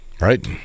right